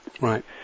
right